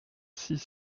six